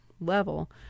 level